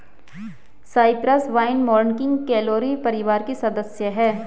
Cyprus vine morning glory परिवार की सदस्य हैं